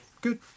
Good